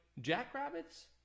jackrabbits